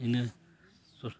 ᱤᱱᱟᱹ